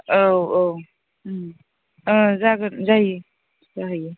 औ औ ओं जागोन जायो जायो